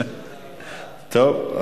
טוב,